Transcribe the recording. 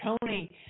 Tony